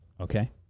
Okay